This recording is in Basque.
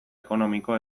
ekonomiko